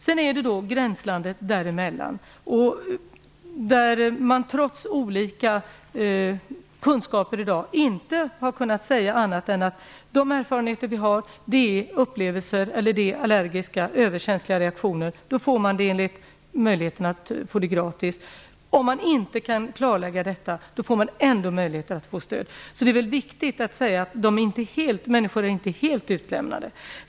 Även i gränslandet mellan dessa alternativ, där man trots dagens kunskaper inte har kunnat säga om det är fråga om upplevelser eller om allergi eller överkänslighetsreaktioner, får man möjlighet till stöd. Det är viktigt att säga att människor inte är helt utlämnade.